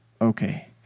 okay